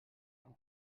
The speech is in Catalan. tal